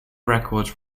records